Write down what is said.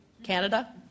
Canada